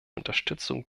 unterstützung